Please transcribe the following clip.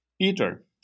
Peter